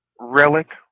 relic